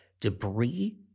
debris